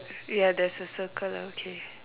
ya there's a circle lah okay